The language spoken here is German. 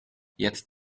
jetzt